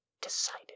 decided